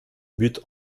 buts